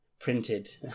printed